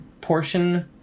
portion